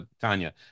Tanya